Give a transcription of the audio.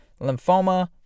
lymphoma